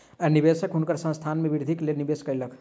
निवेशक हुनकर संस्थान के वृद्धिक लेल निवेश कयलक